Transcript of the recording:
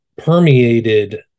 permeated